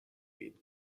min